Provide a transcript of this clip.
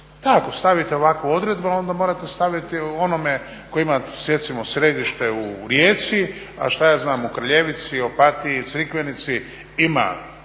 ako ostavite ovakvu odredbu, onda morate staviti onome koji ima recimo sjedište u Rijeci, a što ja znam, u Kraljevici, Opatiji, Crikvenici ima